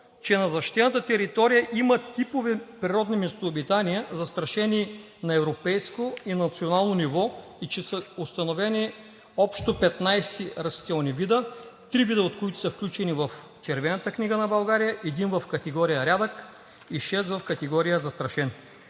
че на защитената територия има типове природни местообитания, застрашени на европейско и национално ниво и че са установени общо 15 растителни вида, от които три вида са включени в Червената книга на България, един в категория „рядък“ и шест в категория „застрашен“.